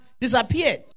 disappeared